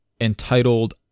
entitled